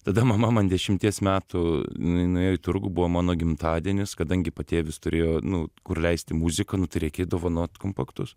tada mama man dešimties metų nu nuėjo į turgų buvo mano gimtadienis kadangi patėvis turėjo nu kur leisti muziką nu tai reikia dovanot kompaktus